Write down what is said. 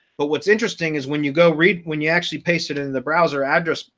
but what's interesting is when you go read, when you actually paste it in the browser address,